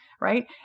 right